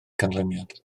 canlyniad